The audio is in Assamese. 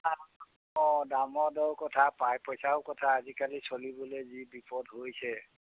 অঁ দাম দৰ কথা পা পইচাৰো কথা আজিকালি চলিবলৈ যি বিপদ হৈছে